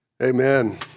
Amen